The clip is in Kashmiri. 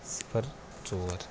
صِفر ژور